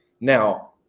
Now